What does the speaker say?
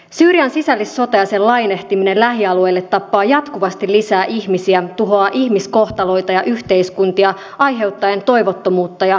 syyrian sisällissota ja sen lainehtiminen lähialueille tappaa jatkuvasti lisää ihmisiä ja tuhoaa ihmiskohtaloita ja yhteiskuntia aiheuttaen toivottomuutta ja radikalisoitumista